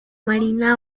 marina